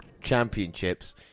Championships